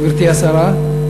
גברתי השרה,